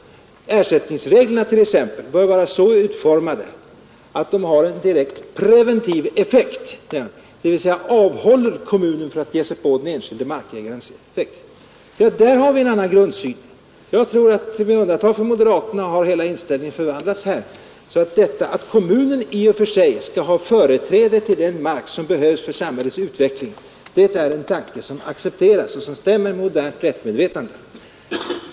Ersättningsreglerna bör t.ex. vara så utformade att de har en preventiv effekt, dvs. avhåller kommunen från att ge sig på den enskilde markägarens rätt. Där har vi en annan grundsyn. Jag tror att med undantag för moderaterna har hela inställningen i samhället där ändrats. Detta att kommunen i och för sig skall ha företräde till den mark som behövs för samhällets utveckling är en tanke som accepteras och som överensstämmer med modernt rättsmedvetande.